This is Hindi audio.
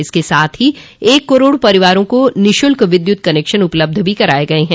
इसके साथ ही एक करोड़ परिवारों को निःशुल्क विद्युत कनेक्शन उपलब्ध भी कराये गये हैं